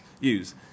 use